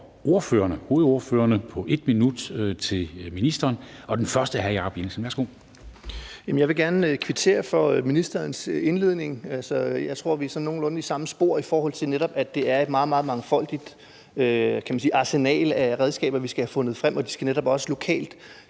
hovedordførerne, på 1 minut til ministeren. Og den første er hr. Jacob Jensen. Værsgo. Kl. 13:12 Jacob Jensen (V): Jeg vil gerne kvittere for ministerens indledning. Jeg tror, at vi er nogenlunde i samme spor, i forhold til at det netop er et meget, meget mangfoldigt arsenal af redskaber, som vi skal have fundet frem, kan man sige, og det skal netop også lokalt